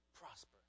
prosper